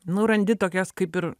nu randi tokias kaip ir